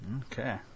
Okay